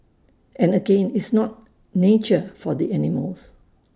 and again and it's not nature for the animals